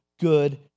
good